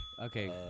Okay